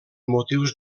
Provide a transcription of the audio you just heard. motius